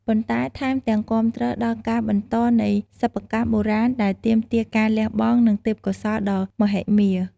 ប៉ុន្តែថែមទាំងគាំទ្រដល់ការបន្តនៃសិប្បកម្មបុរាណដែលទាមទារការលះបង់ និងទេពកោសល្យដ៏មហិមា។